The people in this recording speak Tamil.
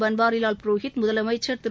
பள்வாரிலால் புரோஹித் முதலமைச்ச் திரு